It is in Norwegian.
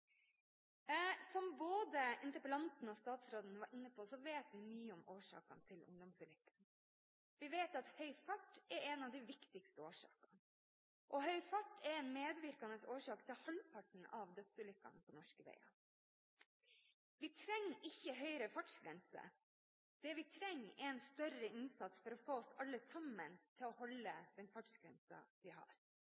Som både interpellanten og statsråden var inne på, vet vi mye om årsakene til ungdomsulykker. Vi vet at høy fart er en av de viktigste årsakene. Høy fart er en medvirkende årsak til halvparten av dødsulykkene på norske veier. Vi trenger ikke høyere fartsgrense. Det vi trenger, er en større innsats for å få oss alle sammen til å holde